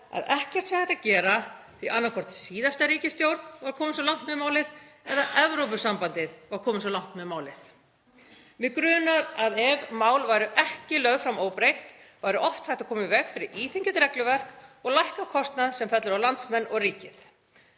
að ekkert sé hægt að gera því að annaðhvort var síðasta ríkisstjórn komin svo langt með málið eða Evrópusambandið var komið svo langt með málið. Mig grunar að ef mál væru ekki lögð fram óbreytt væri oft hægt að koma í veg fyrir íþyngjandi regluverk og lækka kostnað sem fellur á landsmenn og ríkið.